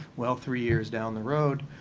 well, three years down the road,